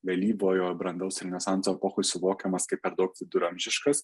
vėlyvojo brandaus renesanso epochoj suvokiamas kaip per daug viduramžiškas